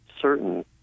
certain